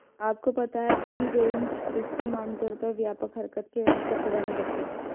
आपको पता है फ्री रेंज सिस्टम आमतौर पर व्यापक हरकत के अवसर प्रदान करते हैं?